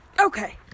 Okay